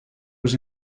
was